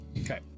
okay